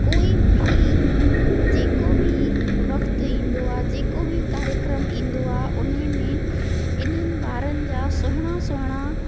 कोई बि जेको बि वक़्तु ईंदो आहे जेको बि कार्यक्रम ईंदो आ उन ई में इन्हनि ॿारनि जा सुहिणा सुहिणा